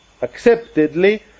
acceptedly